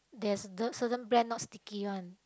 there's the certain brand not sticky one